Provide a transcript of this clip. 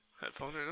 headphone